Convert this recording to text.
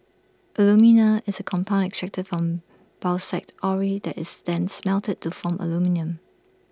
alumina is A compound extracted from bauxite ore that is then smelted to form aluminium